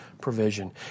provision